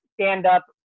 stand-up